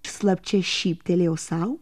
slapčia šyptelėjau sau